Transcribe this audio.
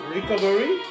Recovery